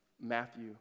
Matthew